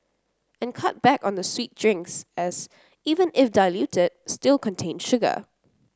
and cut back on the sweet drinks as even if diluted still contain sugar